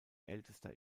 ältester